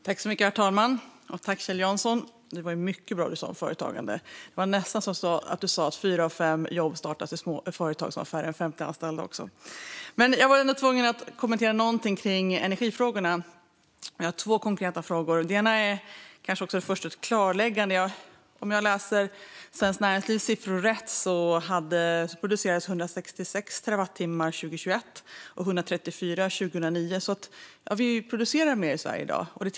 Herr talman! Tack, Kjell Jansson, det var mycket bra du sa om företagande. Det var nästan så att du också sa att fyra av fem jobb skapas i företag med färre än 50 anställda. Jag är ändå tvungen att kommentera något när det gäller energifrågorna. Jag har två konkreta frågor. Först skulle jag vilja göra ett klarläggande. Om jag läser Svenskt Näringslivs siffror rätt producerades 166 terawattimmar 2021 och 134 terawattimmar 2009. Vi producerar alltså mer energi i Sverige i dag.